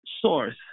Source